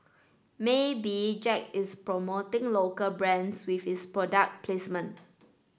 maybe Jack is promoting local brands with his product placement